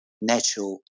natural